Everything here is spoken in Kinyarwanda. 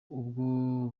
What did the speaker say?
ubwo